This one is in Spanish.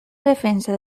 defensa